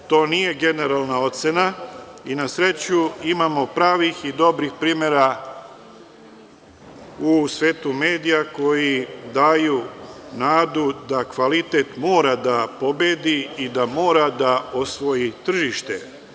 Naravno, to nije generalna ocena i, na sreću, imamo pravih i dobrih primera u svetu medija koji daju nadu da kvalitet mora da pobedi i da mora da osvoji tržište.